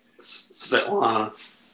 Svetlana